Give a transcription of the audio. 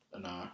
No